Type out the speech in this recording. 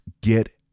get